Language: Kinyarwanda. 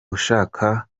ushaka